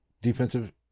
defensive